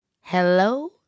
Hello